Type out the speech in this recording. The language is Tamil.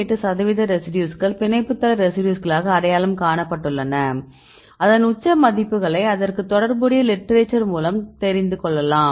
8 சதவீத ரெசிடியூஸ்கள் பிணைப்பு தள ரெசிடியூஸ்களாக அடையாளம் காணப்பட்டுள்ளன அதன் உச்ச மதிப்புகளை அதற்கு தொடர்புடைய லிட்ரேச்சர் மூலம் அறிந்து கொள்ளலாம்